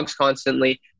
constantly